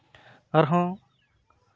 ᱟᱨᱦᱚᱸ